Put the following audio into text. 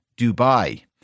Dubai